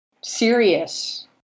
serious